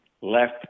left